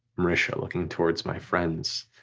marisha, looking towards my friends,